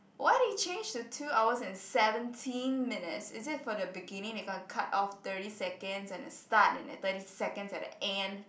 why did it change to two hours and seventeen minutes is it for the beginning they gonna cut off thirty seconds at the start and at thirty seconds at the end